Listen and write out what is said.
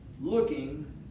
looking